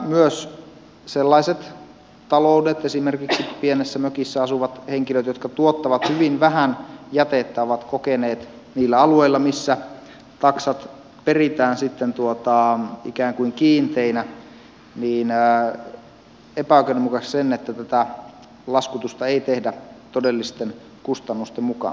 myös sellaiset taloudet esimerkiksi pienessä mökissä asuvat henkilöt jotka tuottavat hyvin vähän jätettä ovat kokeneet niillä alueilla missä taksat peritään sitten ikään kuin kiinteinä epäoikeudenmukaiseksi sen että tätä laskutusta ei tehdä todellisten kustannusten mukaan